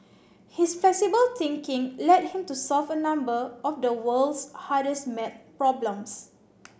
his flexible thinking led him to solve a number of the world's hardest math problems